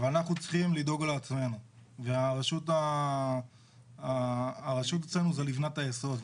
אבל אנחנו צריכים לדאוג לעצמנו והרשות אצלנו היא לבנת היסוד.